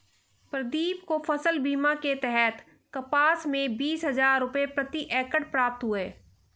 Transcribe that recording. प्रदीप को फसल बीमा के तहत कपास में बीस हजार रुपये प्रति एकड़ प्राप्त हुए